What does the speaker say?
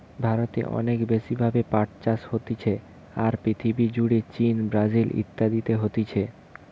ভারতে অনেক বেশি ভাবে পাট চাষ হতিছে, আর পৃথিবী জুড়ে চীন, ব্রাজিল ইত্যাদিতে হতিছে